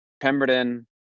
pemberton